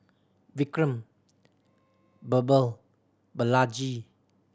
Vikram Birbal Balaji